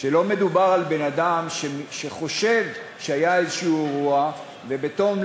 ויכול להיות שבתי-הזיקוק בעתיד יקבלו הוראה להוריד את רמת הזיהום,